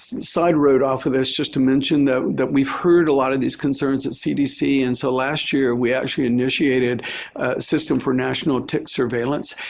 side road off of this, just to mention that that we've heard a lot of these concerns at cdc. and so last year, we actually initiated a system for national tick surveillance.